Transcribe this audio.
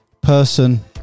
person